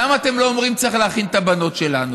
למה אתם לא אומרים: צריך להכין את הבנות שלנו?